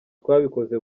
twakoze